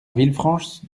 villefranche